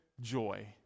joy